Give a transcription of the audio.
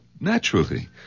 naturally